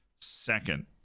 second